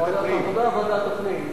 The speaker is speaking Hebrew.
ועדת הפנים.